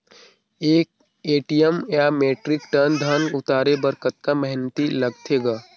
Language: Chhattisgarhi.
एक एम.टी या मीट्रिक टन धन उतारे बर कतका मेहनती लगथे ग?